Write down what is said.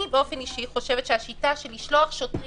אני באופן אישי חושבת שהשיטה של לשלוח שוטרים